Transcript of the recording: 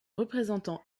représentant